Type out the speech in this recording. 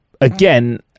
again